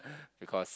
because